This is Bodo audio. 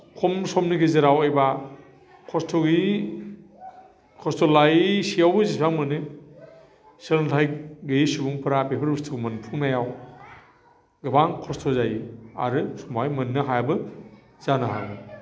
खम समनि गेजेराव एबा खस्त' गैयि खस्त' लायिसेयावबो जेसेबां मोनो सोलोंथाइ गैयि सुबुंफोरा बेफोर बुस्तुखौ मोनफुंनायाव गोबां खस्त' जायो आरो समावहाय मोननो हायाबो जानो हागौ